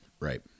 Right